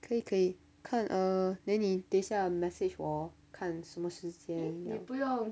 可以可以看 err then 你等下 message 我看什么时间要